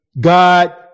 God